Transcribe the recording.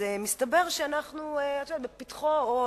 מסתבר שאנחנו בפתחו,